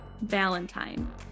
Valentine